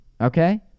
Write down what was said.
Okay